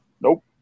Nope